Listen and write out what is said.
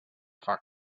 fax